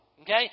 Okay